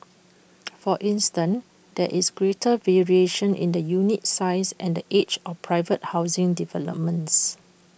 for instance there is greater variation in the unit size and age of private housing developments